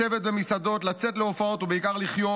לשבת במסעדות, לצאת להופעות ובעיקר לחיות,